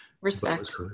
Respect